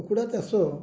କୁକୁଡ଼ା ଚାଷ